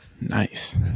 nice